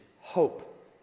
hope